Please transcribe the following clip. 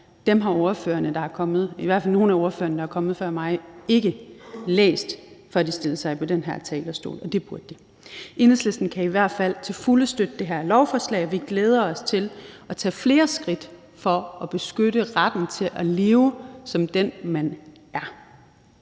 hvert fald nogle af ordførerne, der er kommet før mig, ikke læst, før de stillede sig op på den her talerstol, og det burde de. Enhedslisten kan i hvert fald til fulde støtte det her lovforslag, og vi glæder os til at tage flere skridt for at beskytte retten til at leve som den, man er.